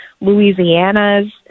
Louisiana's